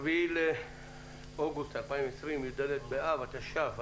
היום 4 באוגוסט 2020, י"ד באב התש"ף.